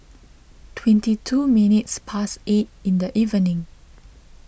twenty two minutes past eight in the evening